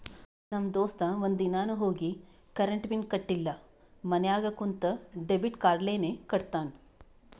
ನಮ್ ದೋಸ್ತ ಒಂದ್ ದಿನಾನು ಹೋಗಿ ಕರೆಂಟ್ ಬಿಲ್ ಕಟ್ಟಿಲ ಮನ್ಯಾಗ ಕುಂತ ಡೆಬಿಟ್ ಕಾರ್ಡ್ಲೇನೆ ಕಟ್ಟತ್ತಾನ್